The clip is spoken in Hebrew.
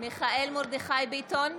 מיכאל מרדכי ביטון,